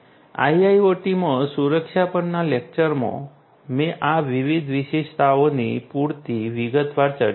IIoT માં સુરક્ષા પરના લેક્ચરમાં મેં આ વિવિધ વિશેષતાઓની પૂરતી વિગતવાર ચર્ચા કરી